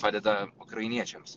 padeda ukrainiečiams